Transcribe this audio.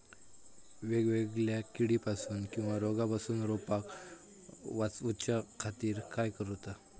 वेगवेगल्या किडीपासून किवा रोगापासून रोपाक वाचउच्या खातीर काय करूचा?